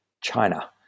China